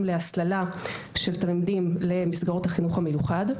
להסללה של תלמידים למסגרות החינוך המיוחד.